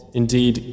indeed